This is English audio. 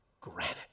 granite